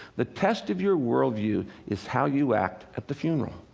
the test of your worldview is how you act at the funeral.